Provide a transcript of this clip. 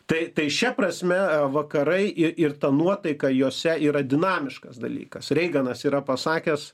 tai tai šia prasme vakarai ir ta nuotaika jose yra dinamiškas dalykas reiganas yra pasakęs